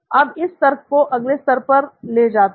अब इस तर्क को अगले स्तर पर ले जाते हैं